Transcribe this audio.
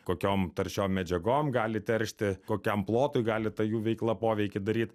kokiom taršiom medžiagom gali teršti kokiam plotui gali ta jų veikla poveikį daryt